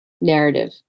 narrative